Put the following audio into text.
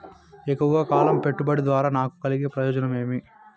ఎక్కువగా కాలం పెట్టుబడి ద్వారా నాకు కలిగే ప్రయోజనం ఏమి?